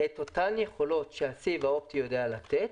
את אותן יכולות שהסיב האופטי יודע לתת.